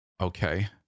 Okay